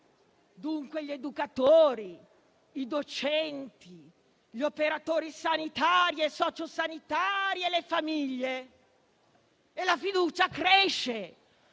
dunque gli educatori, i docenti, gli operatori sanitari e sociosanitari e le famiglie. La fiducia cresce